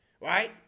Right